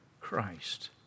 Christ